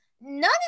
none